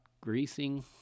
greasing